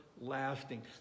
lasting